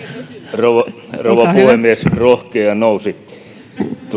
rouva rouva puhemies rohkea nousi